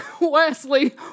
Wesley